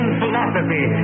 philosophy